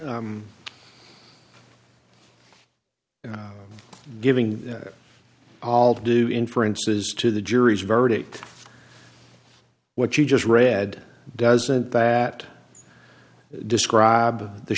giving all due inferences to the jury's verdict what you just read doesn't that describe the